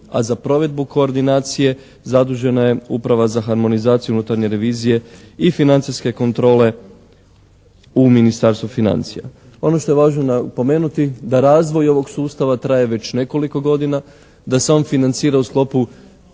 a za provedbu koordinacije zadužena je Uprava za harmonizaciju unutarnje revizije i financijske kontrole u Ministarstvu financija. Ono što je važno napomenuti da razvoj ovog sustava traje već nekoliko godina. Da se on financira u sklopu